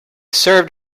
served